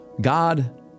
god